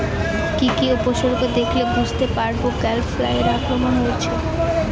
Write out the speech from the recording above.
কি কি উপসর্গ দেখলে বুঝতে পারব গ্যাল ফ্লাইয়ের আক্রমণ হয়েছে?